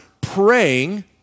praying